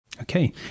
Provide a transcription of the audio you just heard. Okay